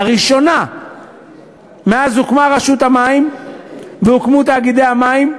לראשונה מאז הוקמה רשות המים והוקמו תאגידי המים,